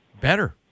better